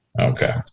Okay